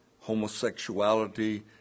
homosexuality